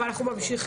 אבל אנחנו ממשיכים